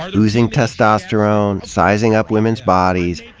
ah oozing testosterone, sizing up women's bodies,